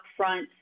upfront